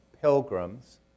pilgrims